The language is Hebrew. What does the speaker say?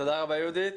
תודה רבה, יהודית.